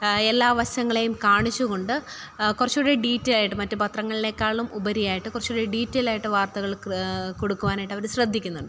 എല്ലാ വശങ്ങളേയും കാണിച്ചുകൊണ്ട് കുറച്ചുകൂടെ ഡീറ്റൈൽഡായിട്ട് മറ്റു പത്രങ്ങളിനേക്കാളും ഉപരിയായിട്ട് കുറച്ച് കൂടെ ഡീറ്റൈൽഡായിട്ട് വാർത്തകൾ ക് കൊടുക്കുവാനായിട്ടവര് ശ്രദ്ധിക്കുന്നുണ്ട്